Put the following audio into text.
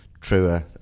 truer